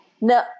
No